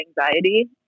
anxiety